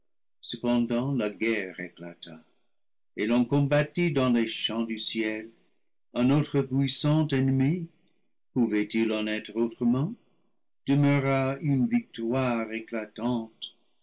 cependant la guerre éclata et l'on combattit dans les champs du ciel a notre puissant ennemi pouvait-il en être autre ment demeura une victoire éclatante